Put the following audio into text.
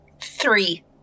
three